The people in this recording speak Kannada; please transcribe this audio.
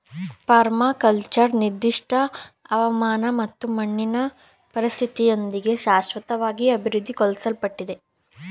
ಪರ್ಮಾಕಲ್ಚರ್ ನಿರ್ದಿಷ್ಟ ಹವಾಮಾನ ಮತ್ತು ಮಣ್ಣಿನ ಪರಿಸ್ಥಿತಿಯೊಂದಿಗೆ ಶಾಶ್ವತವಾಗಿ ಅಭಿವೃದ್ಧಿಪಡ್ಸಲಾಗಿದೆ